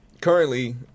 currently